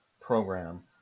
program